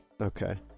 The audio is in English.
okay